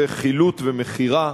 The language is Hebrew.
זה חילוט ומכירה